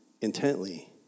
intently